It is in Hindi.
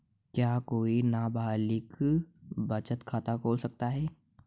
क्या कोई नाबालिग बचत खाता खोल सकता है?